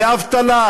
לאבטלה,